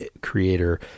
creator